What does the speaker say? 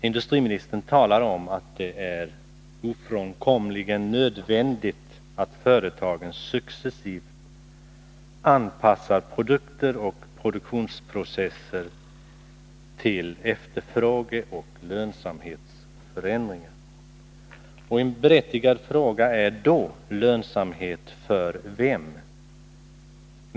Industriministern talar om att det är ofrånkomligen nödvändigt att företagen successivt anpassar produkter och produktionsprocesser till efterfrågeoch lönsamhetsförändringar. En berättigad fråga är då: Lönsamhet för vem?